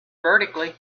vertically